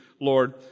Lord